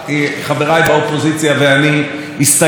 ביו"ר הנבון של ועדת החינוך,